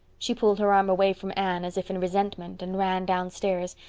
she pulled her arm away from anne, as if in resentment, and ran downstairs,